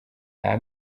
nta